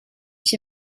ich